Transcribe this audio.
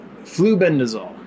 Flubendazole